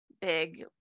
big